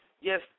Yes